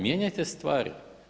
Mijenjajte stvari!